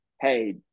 hey